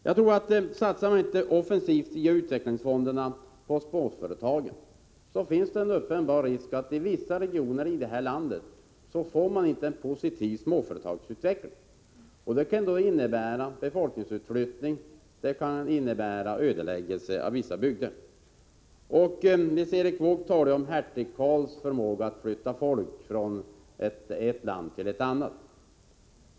Jag tror att satsar man inte offensivt via utvecklingsfonderna på småföretagen, finns det en uppenbar risk för att det i vissa regioner här i landet inte blir en positiv småföretagsutveckling. Det kan innebära befolkningsutflyttning och ödeläggelse av vissa bygder. Nils Erik Wååg talade om hertig Karls förmåga att flytta folk från ett land till ett annat.